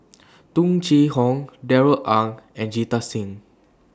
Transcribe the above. Tung Chye Hong Darrell Ang and Jita Singh